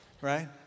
right